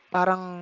Parang